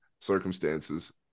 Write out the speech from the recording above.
circumstances